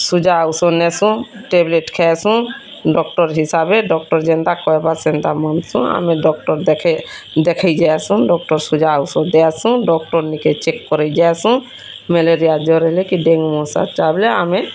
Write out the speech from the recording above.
ସୁଜା ଉଷୋ ନେସୁଁ ଟ୍ୟାବଲେଟ୍ ଖେଏସୁଁ ଡ଼କ୍ଟର ହିସାବେ ଡ଼କ୍ଟର ଯେନ୍ତା କହେବା ସେନ୍ତା ମାନସୁଁ ଆମେ ଡ଼କ୍ଟର ଦେଖେ ଦେଖେଇ ଯାଏସୁଁ ଡ଼କ୍ଟର ସୁଜା ଉଷୋ ଦିଆସନ୍ ଡ଼କ୍ଟର ନିକେ ଚେକ୍ କରେଇଯାଏସୁଁ ମ୍ୟାଲେରିଆ ଜର୍ ହେଲେ କି ଡେଙ୍ଗୁ ମଶା ଚାବଲେ ଆମେ